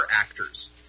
actors